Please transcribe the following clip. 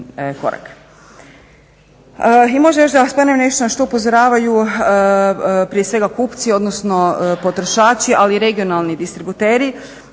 I možda još da spomenem nešto na što upozoravaju prije svega kupci, odnosno potrošači ali i regionalni distributeri